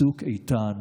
צוק איתן